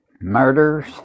murders